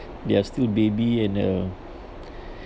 they are still baby and uh